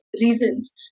reasons